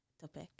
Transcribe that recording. topic